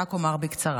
ורק אומר בקצרה: